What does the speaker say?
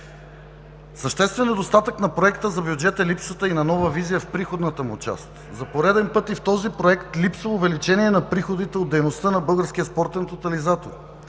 Съществен недостатък на Проекта за бюджет е липсата и на нова визия в приходната му част. За пореден път и в този проект липсва увеличение на приходите от дейността на българския спортен тотализатор.